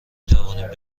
توانیم